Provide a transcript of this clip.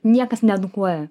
niekas needukuoja